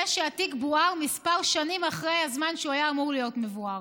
ושהתיק בוער כמה שנים אחרי הזמן שהוא היה אמור להיות מבוער.